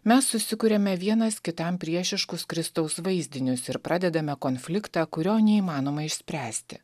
mes susikuriame vienas kitam priešiškus kristaus vaizdinius ir pradedame konfliktą kurio neįmanoma išspręsti